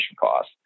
cost